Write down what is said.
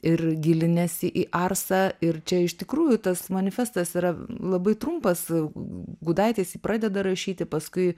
ir gilinęsi į arsą ir čia iš tikrųjų tas manifestas yra labai trumpas gudaitis jį pradeda rašyti paskui